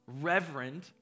Reverend